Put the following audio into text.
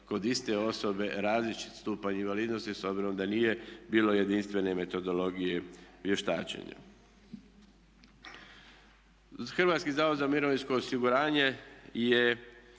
kod iste osobe različit stupanja invalidnosti s obzirom da nije bilo jedinstvene metodologije vještačenja. Hrvatski zavod za mirovinsko osiguranje je